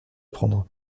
prendre